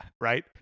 right